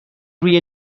روی